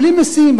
בלי משים,